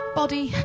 body